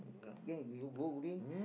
gang you go green